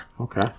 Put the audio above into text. Okay